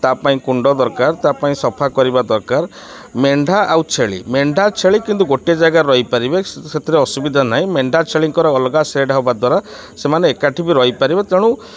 ତା ପାଇଁ କୁଣ୍ଡ ଦରକାର ତା ପାଇଁ ସଫା କରିବା ଦରକାର ମେଣ୍ଢା ଆଉ ଛେଳି ମେଣ୍ଢା ଛେଳି କିନ୍ତୁ ଗୋଟିଏ ଜାଗାରେ ରହିପାରିବେ ସେଥିରେ ଅସୁବିଧା ନାହିଁ ମେଣ୍ଢା ଛେଳିଙ୍କର ଅଲଗା ସେଡ଼୍ ହବା ଦ୍ୱାରା ସେମାନେ ଏକାଠି ବି ରହିପାରିବେ ତେଣୁ